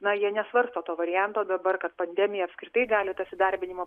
na jie nesvarsto to varianto dabar kad pandemijai apskritai gali tas įsidarbinimo